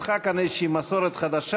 התפתחה כאן איזו מסורת חדשה,